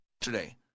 today